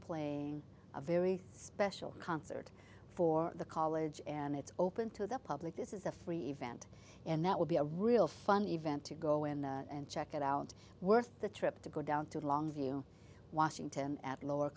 playing a very special concert for the college and it's open to the public this is a free event and that will be a real fun event to go in and check it out worth the trip to go down to longview washington at lower